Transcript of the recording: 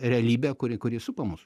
realybę kuri kuri supa mus